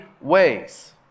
ways